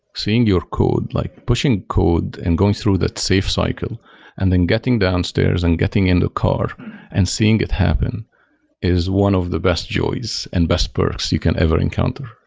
seeing your code, like pushing code and going through that safe cycle and then getting downstairs and getting in the car and seeing it happen is one of the best joys and best perks you can ever encounter,